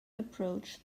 approach